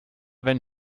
wenn